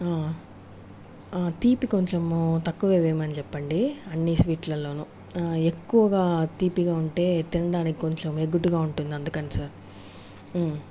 తీపి కొంచెము తక్కువే వేయమని చెప్పండి అన్ని స్వీట్లలలోను ఎక్కువగా తీపిగా ఉంటే తినడానికి కొంచెం ఎగుటుగా ఉంటుంది అందుకని సార్